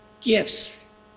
gifts